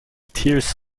tears